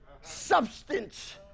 substance